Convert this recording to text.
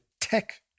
tech